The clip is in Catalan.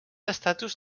estatus